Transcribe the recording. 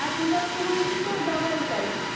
আর পুজোর সময় কিন্তু ডবল চাই